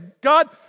God